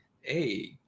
Hey